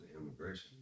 immigration